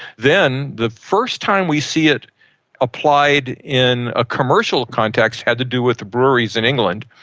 then the first time we see it applied in a commercial context had to do with the breweries in england.